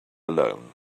alone